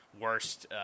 worst